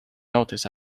notice